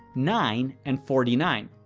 nine, and forty nine.